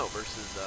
versus